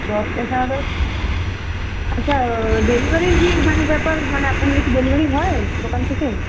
দশটা সাড়ে দশটা আচ্ছা ডেলিভারির কী মানে ব্যাপার মানে আপনাদের কি ডেলিভারি হয় দোকান থেকে